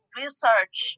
research